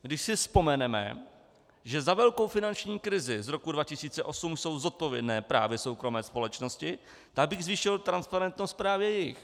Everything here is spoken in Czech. Když si vzpomeneme, že za velkou finanční krizi z roku 2008 jsou zodpovědné právě soukromé společnosti, tak bych zvýšil transparentnost právě jejich.